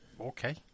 Okay